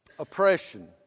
Oppression